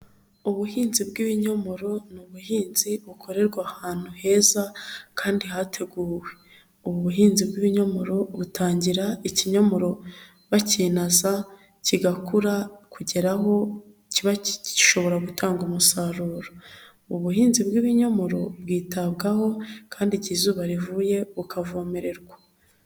Ubuhinzi bw'ibinyomoro ni ubuhinzi bukorerwa ahantu heza kandi hateguwe, ubu buhinzi bw'ibinyomoro butangira ikinyomoro bakinaza kigakura kugera aho kiba gishobora gutanga umusaruro, ubuhinzi bw'ibinyomoro bwitabwaho kandi igihe izuba rivuye ukavomerera.